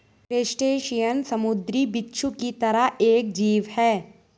crustacean समुंद्री बिच्छू की तरह एक जीव है